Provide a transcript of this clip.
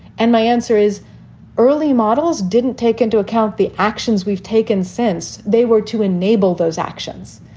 and my answer is early models didn't take into account the actions we've taken since they were to enable those actions.